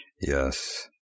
Yes